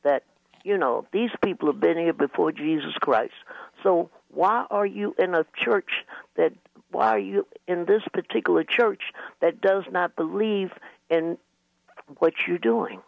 that you know these people have been here before jesus christ so why are you in the church that why you in this particular church that does not believe in what you're doing